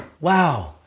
Wow